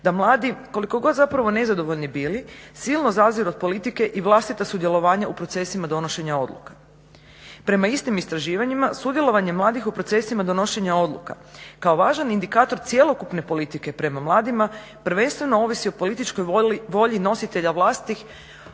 da mladi koliko god nezadovoljni bili silno zaziru od politike i vlastita sudjelovanja u procesima donošenja odluka. Prema istim istraživanjima sudjelovanjem mladih u procesima donošenja odluka kao važan indikator cjelokupne politike prema mladima prvenstveno ovisi o političkoj volji nositelja vlasti